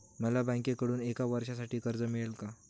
मला बँकेकडून एका वर्षासाठी कर्ज मिळेल का?